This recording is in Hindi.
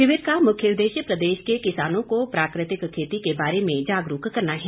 शिविर का मुख्य उददेश्य प्रदेश के किसानों को प्राकृतिक खेती के बारे में जागरूक करना है